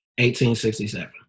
1867